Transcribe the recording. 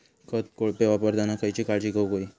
खत कोळपे वापरताना खयची काळजी घेऊक व्हयी?